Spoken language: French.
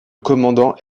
commandant